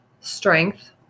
strength